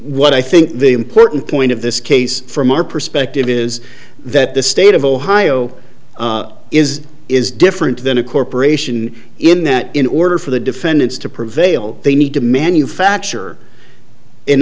what i think the important point of this case from our perspective is that the state of ohio is is different than a corporation in that in order for the defendants to prevail they need to manufacture in